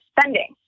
spending